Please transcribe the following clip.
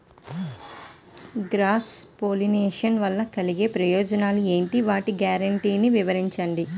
Cross pollination వలన కలిగే ప్రయోజనాలు ఎంటి? వాటి గ్యారంటీ వివరించండి?